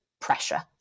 pressure